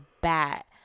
bat